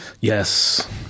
Yes